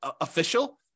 official